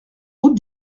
route